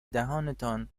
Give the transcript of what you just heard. دهانتان